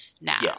now